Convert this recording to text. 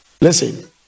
Listen